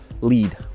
lead